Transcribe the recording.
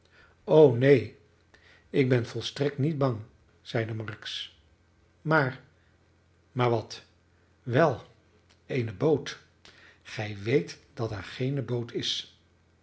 o neen ik ben volstrekt niet bang zeide marks maar maar wat wel eene boot gij weet dat er geene boot is